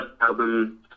album